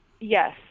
Yes